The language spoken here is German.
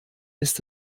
ist